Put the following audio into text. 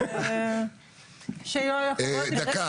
אז כשאדוני עורך-הדין אומר,